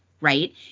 right